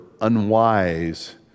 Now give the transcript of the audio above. unwise